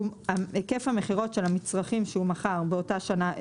היקף המכירות של המצרכים שהוא מכר באותה שנה,